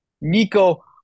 Nico